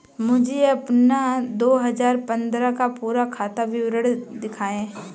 मुझे अपना दो हजार पन्द्रह का पूरा खाता विवरण दिखाएँ?